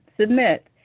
submit